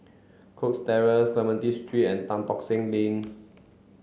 Cox Terrace Clementi Street and Tan Tock Seng Link